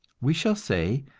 we shall say,